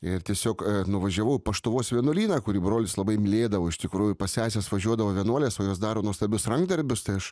ir tiesiog nuvažiavau į paštuvos vienuolyną kurį brolis labai mylėdavo iš tikrųjų pas seses važiuodavo vienuolės o jos daro nuostabius rankdarbius tai aš